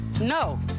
No